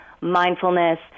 mindfulness